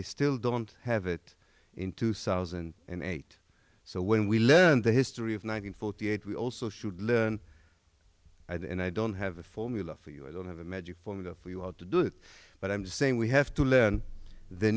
they still don't have it in two thousand and eight so when we learn the history of nine hundred forty eight we also should learn and i don't have a formula for you i don't have a magic formula for you all to do it but i'm saying we have to learn the